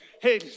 Hey